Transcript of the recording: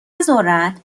ذرت